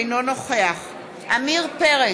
אינו נוכח עמיר פרץ,